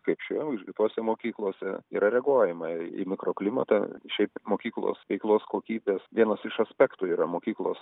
kaip šioje ir kitose mokyklose yra reaguojama į mikroklimatą šiaip mokyklos veiklos kokybės vienas iš aspektų yra mokyklos